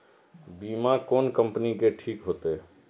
बीमा कोन कम्पनी के ठीक होते?